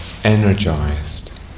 Energized